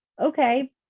okay